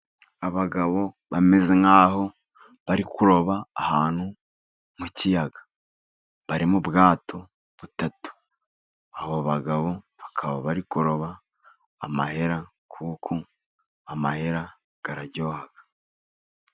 Abagabo bameze nk'abari kuroba ahantu mu kiyaga. Bari mu bwato butatu, abo bagabo bakaba bari kuroba amahera ,kuko amahera araryoha.